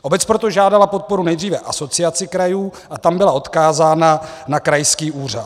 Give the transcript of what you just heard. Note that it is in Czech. Obec proto žádala o podporu nejdříve Asociaci krajů a tam byla odkázána na krajský úřad.